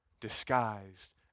disguised